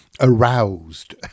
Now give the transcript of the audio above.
aroused